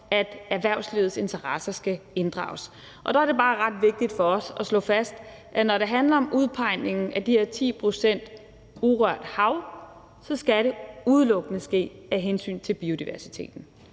at erhvervslivets interesser skal inddrages. Og der er det bare ret vigtigt for os at slå fast, at når det handler om udpegningen af de her 10 pct. urørt hav, skal det udelukkende ske af hensyn til biodiversiteten,